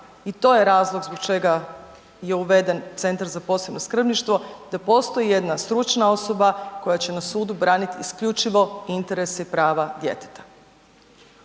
i to je razlog zbog čega je uveden Centar za posebno skrbništvo, da postoji jedna stručna osoba koja će na sudu braniti isključivo interese i prava djeteta.